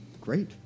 great